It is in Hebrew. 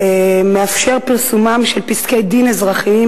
המאפשר את פרסומם של פסקי-דין אזרחיים